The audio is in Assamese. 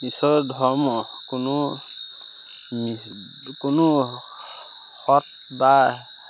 ঈশ্বৰৰ ধৰ্ম কোনো কোনো সৎ বা